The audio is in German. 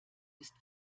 ist